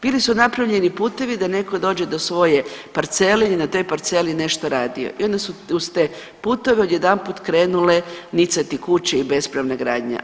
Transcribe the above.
Bili su napravljeni putevi da netko dođe do svoje parcele jer je na toj parceli nešto radio i onda su uz te puteve odjedanput krenule nicati kuće i bespravna gradnja.